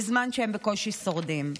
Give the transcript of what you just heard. בזמן שהם בקושי שורדים.